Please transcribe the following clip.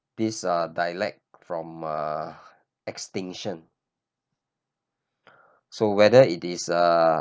this uh dialect from uh extinction so whether it is a